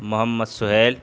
Muhammad Sohail